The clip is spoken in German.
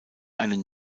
einen